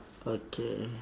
okay